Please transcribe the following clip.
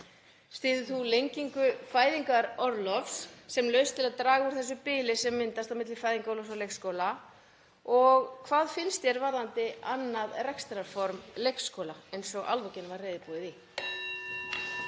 Styður þú lengingu fæðingarorlofs sem lausn til að draga úr þessu bili sem myndast á milli fæðingarorlofs og leikskóla? Og hvað finnst þér varðandi annað rekstrarform leikskóla eins og Alvotech var reiðubúið í?